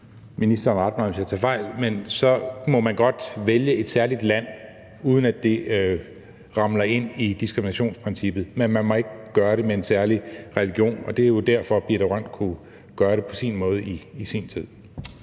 ministeren rette mig, hvis jeg tager fejl – så må man godt vælge et særligt land, uden at det ramler ind i diskriminationsprincippet, men man må ikke gøre det med en særlig religion. Og det er jo derfor, at Birthe Rønn Hornbech kunne gøre det på sin måde i sin tid.